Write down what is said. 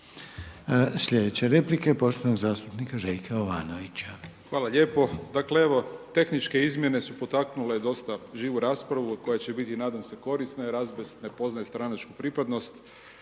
Sljedeća replika poštovanog zastupnika Željka Jovanovića. **Jovanović, Željko (SDP)** Hvala lijepo. Dakle evo , tehničke izmjene su potaknule dosta živu raspravu koja će biti nadam se korisna jer azbest ne poznaje stranačku pripadnost.